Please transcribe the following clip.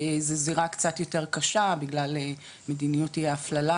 זה זירה קצת יותר קשה בגלל מדיניות אי הפללה